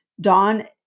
Dawn